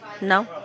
No